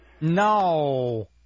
No